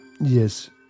Yes